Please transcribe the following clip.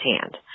hand